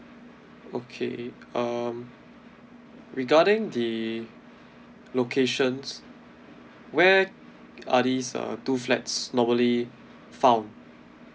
okay um regarding the locations where are these uh two flats normally found